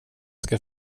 ska